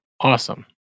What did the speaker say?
Awesome